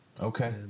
Okay